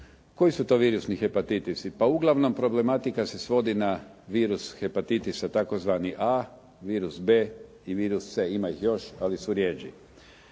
Koji su to virusni hepatitisi? Pa uglavnom problematika se svodi na virus hepatitisa tzv. A, virus B i virus C. Ima ih još, ali su rjeđi.